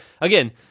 again